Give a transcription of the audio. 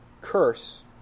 curse